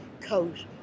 coat